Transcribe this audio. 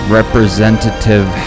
representative